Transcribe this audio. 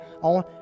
on